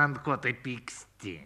ant ko taip pyksti